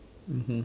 mmhmm